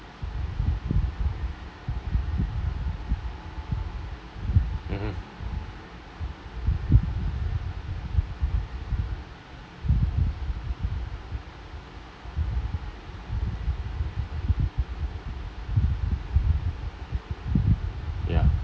mmhmm